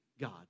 God